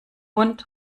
und